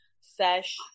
sesh